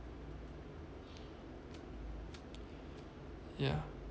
yeah